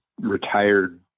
retired